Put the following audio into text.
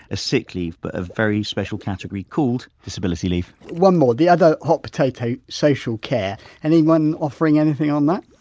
as sick leave but a very special category called disability leave one more. the other hot potato social care anyone offering anything on that?